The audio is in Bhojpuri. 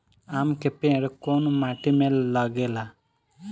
आम के पेड़ कोउन माटी में लागे ला?